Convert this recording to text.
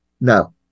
No